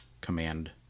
command